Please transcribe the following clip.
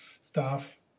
staff